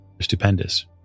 stupendous